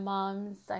Moms